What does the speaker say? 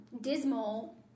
dismal